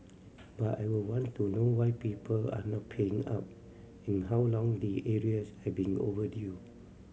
but I would want to know why people are not paying up and how long the arrears have been overdue